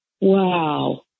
wow